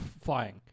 flying